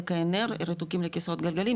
זה כהנ"ר רתוקים לכסאות גלגלים,